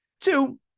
Two